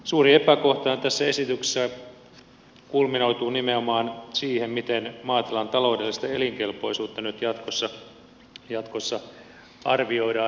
suuri epäkohtahan tässä esityksessä kulminoituu nimenomaan siihen miten maatilan taloudellista elinkelpoisuutta nyt jatkossa arvioidaan